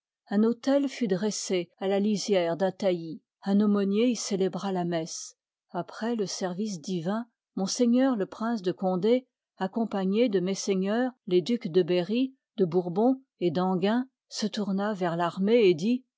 un autel fut dressé à la lisière d'un taillis un aumônier y célébra la messe après le service divin m le prince de condé accompagné de m les ducs de berry lïv i de bourbon et d'enghien se tourna vers tarmée